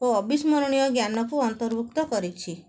ଓ ଅବିସ୍ମରଣୀୟ ଜ୍ଞାନକୁ ଅର୍ନ୍ତଭୁକ୍ତ କରିଛି